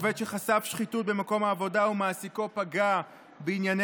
עובד שחשף שחיתות במקום העבודה ומעסיקו פגע בענייני